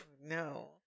No